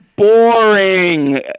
boring